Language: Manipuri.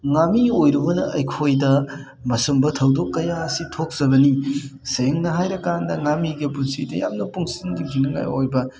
ꯉꯥꯃꯤ ꯑꯣꯏꯔꯨꯕꯅ ꯑꯩꯈꯣꯏꯗ ꯃꯁꯨꯝꯕ ꯊꯧꯗꯣꯛ ꯀꯌꯥ ꯑꯁꯤ ꯊꯣꯛꯆꯕꯅꯤ ꯁꯦꯡꯅ ꯍꯥꯏꯔꯀꯥꯟꯗ ꯉꯥꯃꯤꯒꯤ ꯄꯨꯟꯁꯤꯗꯤ ꯌꯥꯝꯅ ꯄꯨꯛꯅꯤꯡ ꯆꯤꯡꯁꯤꯟꯅꯤꯉꯥꯏ ꯑꯣꯏꯕ